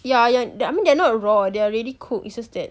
ya ya then I mean they're not raw or they are already cook is just that